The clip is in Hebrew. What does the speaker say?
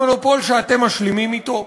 המונופול שאתם משלימים אתו.